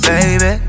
Baby